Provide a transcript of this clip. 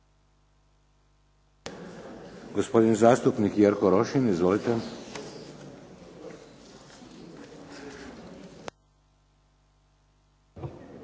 Hvala vam